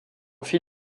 fit